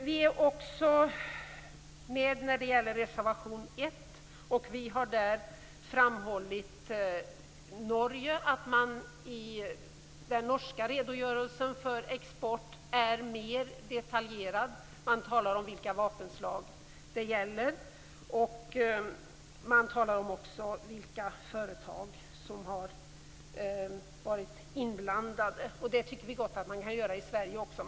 Vi är också med på reservation nr 1. Vi har där framhållit att man i den norska redogörelsen för export är mer detaljerad. Man talar om vilka vapenslag det gäller och man talar också om vilka företag som har varit inblandade. Det tycker vi gott att man kan göra i Sverige också.